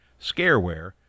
scareware